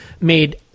made